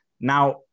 Now